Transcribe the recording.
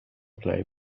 play